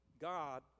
God